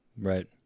Right